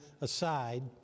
aside